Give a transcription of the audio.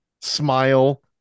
smile